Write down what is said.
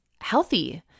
healthy